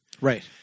right